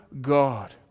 God